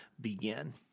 begin